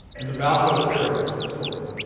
and the balco steroids story,